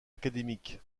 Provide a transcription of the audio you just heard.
académique